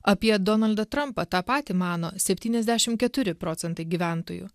apie donaldą trampą tą patį mano septyniasdešim keturi procentai gyventojų